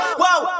whoa